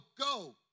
go